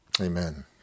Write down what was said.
Amen